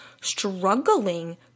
struggling